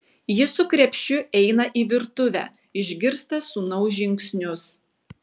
ji su krepšiu eina į virtuvę išgirsta sūnaus žingsnius